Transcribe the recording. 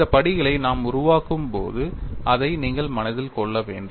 இந்த படிகளை நாம் உருவாக்கும்போது அதை நீங்கள் மனதில் கொள்ள வேண்டும்